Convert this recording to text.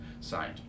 signed